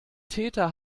täter